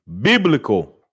biblical